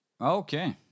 okay